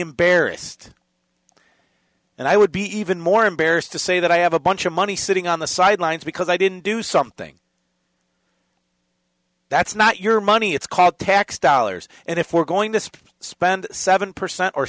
embarrassed and i would be even more embarrassed to say that i have a bunch of money sitting on the sidelines because i didn't do something that's not your money it's called tax dollars and if we're going to spend seven percent or